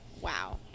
Wow